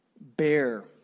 bear